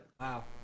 Wow